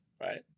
right